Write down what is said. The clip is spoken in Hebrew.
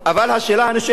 אבל השאלה הנשאלת